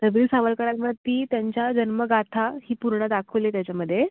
तर वीर सावरकरांवर ती त्यांच्या जन्मगाथा ही पूर्ण दाखवली आहे त्याच्यामध्ये